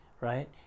right